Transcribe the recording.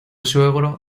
suegro